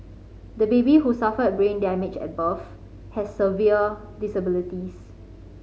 the baby who suffered brain damage at birth has severe disabilities